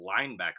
linebacker